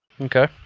Okay